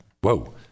whoa